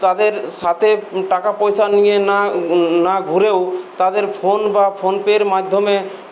তাদের সাথে টাকা পয়সা নিয়ে না না ঘুরেও তাদের ফোন বা ফোনপেয়ের মাধ্যমে